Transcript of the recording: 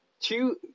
Two